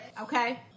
okay